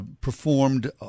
performed